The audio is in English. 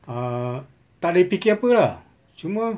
err tak leh fikir apa lah cuma